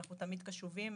אנחנו תמיד קשובים